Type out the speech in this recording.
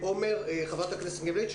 חברת הכנסת ינקלביץ',